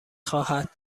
خواهد